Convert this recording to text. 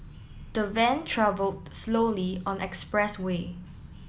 the van travelled slowly on expressway